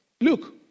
look